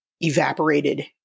evaporated